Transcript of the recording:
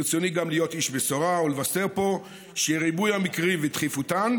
ברצוני גם להיות איש בשורה ולבשר פה שריבוי המקרים ותכיפותם,